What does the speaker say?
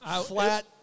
flat